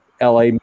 LA